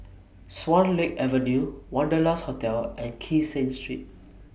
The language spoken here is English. Swan Lake Avenue Wanderlust Hotel and Kee Seng Street